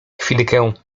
chwilkę